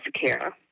care